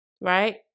right